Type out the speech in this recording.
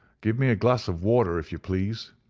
give me a glass of water, if you please.